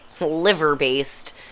liver-based